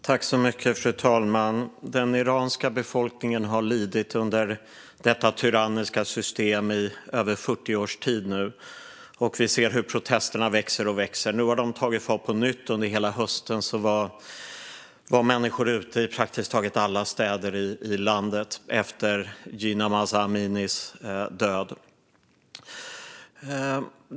Fru talman! Den iranska befolkningen har nu lidit under detta tyranniska system i över 40 års tid, och vi ser hur protesterna växer och växer. Nu har de tagit fart på nytt; under hela hösten var människor ute i praktiskt taget alla städer i landet efter Jina Mahsa Aminis död.